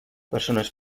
persones